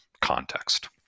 context